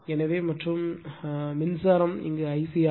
எனவே மற்றும் மின்சாரம் Ic ஆகும்